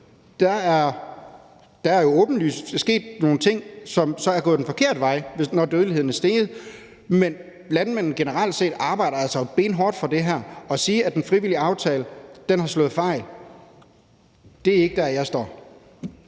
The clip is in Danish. Der er åbenlyst sket nogle ting, som så er gået den forkerte vej, når dødeligheden er steget, men landmændene generelt set arbejder altså benhårdt for det her. Og at sige, at en frivillig aftale har slået fejl, er ikke noget, jeg vil